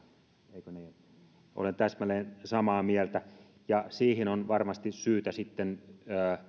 eikö niin olen täsmälleen samaa mieltä siihen on varmasti syytä